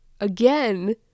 again